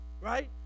right